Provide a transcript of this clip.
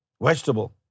vegetable